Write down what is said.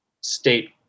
state